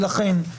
ולכן,